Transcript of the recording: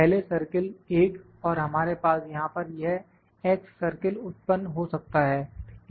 पहले सर्किल एक और हमारे पास यहां पर यह x सर्किल उत्पन्न हो सकता है